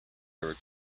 ever